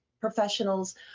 professionals